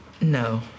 No